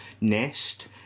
Nest